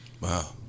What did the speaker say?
Wow